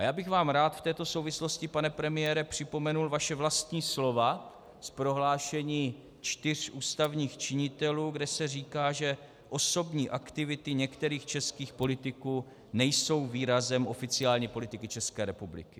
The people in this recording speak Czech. Já bych vám rád v této souvislosti, pane premiére, připomenul vaše vlastní slova z prohlášení čtyř ústavních činitelů, kde se říká, že osobní aktivity některých českých politiků nejsou výrazem oficiální politiky České republiky.